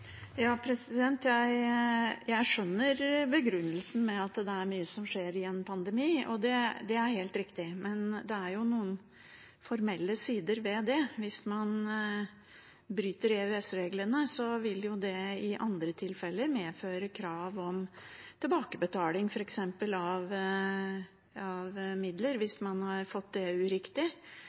en pandemi. Det er helt riktig, men det er noen formelle sider ved det. Hvis man bryter EØS-reglene, vil det i andre tilfeller f.eks. medføre krav om tilbakebetaling av midler – hvis man har fått det uriktig